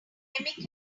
chemical